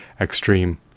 extreme